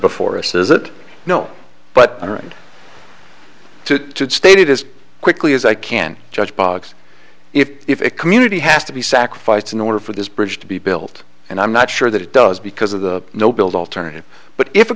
before us is it no but i don't to stated as quickly as i can judge boggs if it community has to be sacrificed in order for this bridge to be built and i'm not sure that it does because of the no build alternative but if a